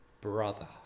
brother